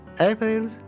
April